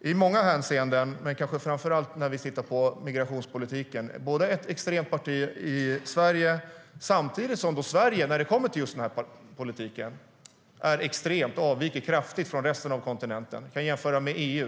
i många hänseenden, men kanske framför allt vad gäller migrationspolitiken, är ett extremt parti i Sverige, samtidigt som Sverige i sig är extremt när det kommer till den här politiken och avviker kraftigt från resten av kontinenten. Vi kan jämföra med övriga EU.